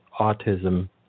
autism